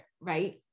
right